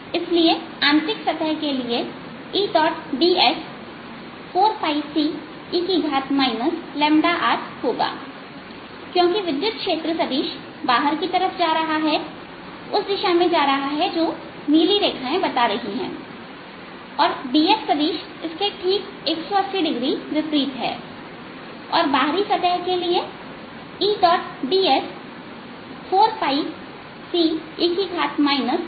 इसलिए आंतरिक सतह के लिए Eds 4ce rहोगा क्योंकि सदिश विद्युत क्षेत्र सदिश बाहर की तरफ जा रहा हैउस दिशा में जा रहा है जो नीली रेखाएं बता रही हैं और ds सदिश इसके ठीक 180 डिग्री विपरीत है और बाहरी सतह के लिए Eds4ce RdRहोता है